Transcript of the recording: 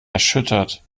erschüttert